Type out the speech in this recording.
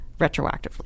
retroactively